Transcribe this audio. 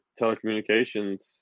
telecommunications